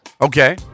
Okay